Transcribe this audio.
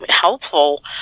helpful